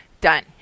Done